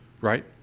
right